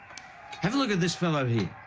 have a look at this fellow here.